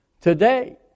today